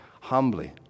humbly